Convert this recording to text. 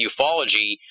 ufology –